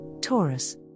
Taurus